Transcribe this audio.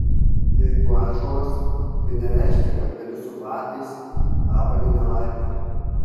jeigu ąžuolas tai nereiškia kad gali su batais avalyne laipioti